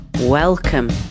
Welcome